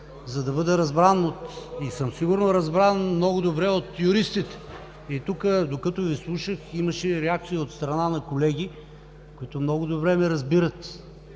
за да бъда разбран – и сигурно съм разбран много добре от юристите. И тук, докато Ви слушах, имаше реакции от страна на колеги, които много добре ме разбират.